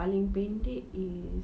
paling pendek is